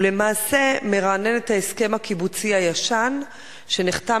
ולמעשה מרענן את ההסכם הקיבוצי הישן שנחתם